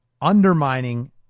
undermining